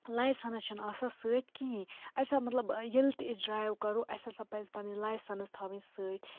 licence چھِنہٕ آسان سۭتۍ کہیٖنۍ اَسہِ ہا مطلب ییٚلہِ تہِ أسۍ ڈرٛایو کَرو اَسہِ ہَسا پَزِ پَنٕنۍ لایسَنٕس تھاوٕنۍ سۭتۍ